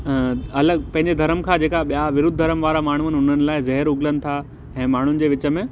अलॻि पंहिंजे धरम खां जेका ॿिया विरुध धरम वारा माण्हू आहिनि उन्हनि लाइ ज़हर उगलन था ऐं माण्हूनि जे विच में